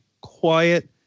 quiet